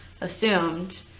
assumed